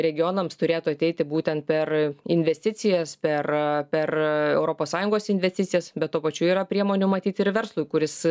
regionams turėtų ateiti būtent per investicijas per per europos sąjungos investicijas bet tuo pačiu yra priemonių matyt ir verslui kuris